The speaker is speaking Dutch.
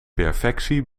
perfectie